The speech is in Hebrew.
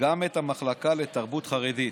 גם את המחלקה לתרבות חרדית.